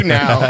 now